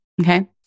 Okay